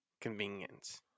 convenience